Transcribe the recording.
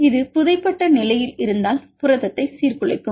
இது புதைபட்ட நிலையில் இருந்தால் புரதத்தை சீர்குலைக்கும்